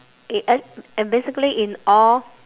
it ad~ and basically in all